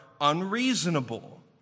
unreasonable